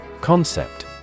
Concept